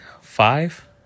five